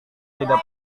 tidak